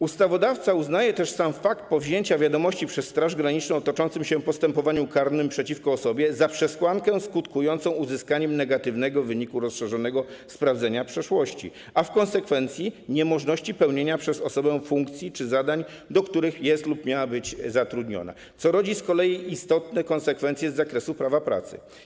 Ustawodawca uznaje też sam fakt powzięcia przez Straż Graniczną wiadomości o toczącym się postępowaniu karnym przeciwko osobie za przesłankę skutkującą uzyskaniem negatywnego wyniku rozszerzonego sprawdzenia przeszłości, a konsekwencją jest niemożność pełnienia przez osobę funkcji czy zadań, do których jest lub miała być zatrudniona, co rodzi z kolei istotne konsekwencje z zakresu prawa pracy.